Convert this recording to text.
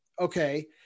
Okay